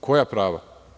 Koja prava?